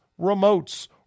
remotes